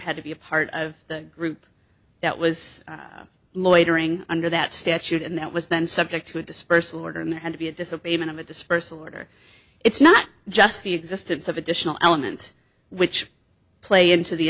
had to be a part of the group that was loitering under that statute and that was then subject to a dispersal order and had to be a disobey even of a dispersal order it's not just the existence of additional elements which play into the